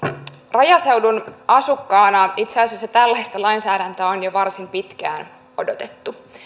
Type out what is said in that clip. rajaseudun asukkaana sanon että itse asiassa tällaista lainsäädäntöä on jo varsin pitkään odotettu